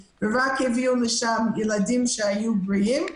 רק הביאו לשם ילדים שהיו בריאים,